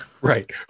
Right